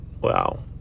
Wow